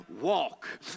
walk